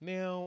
Now